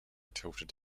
tilted